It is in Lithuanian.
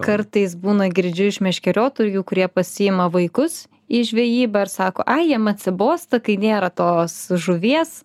kartais būna girdžiu iš meškeriotojų kurie pasiima vaikus į žvejybą ir sako ai jiem atsibosta kai nėra tos žuvies